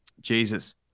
Jesus